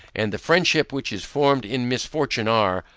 and the friendship which is formed in misfortune, are,